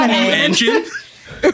engine